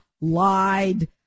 lied